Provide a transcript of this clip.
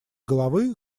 головы